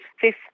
fifth